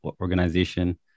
organization